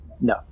No